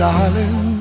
Darling